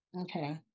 Okay